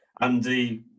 andy